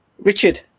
Richard